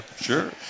sure